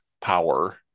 power